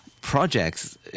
projects